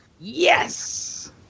Yes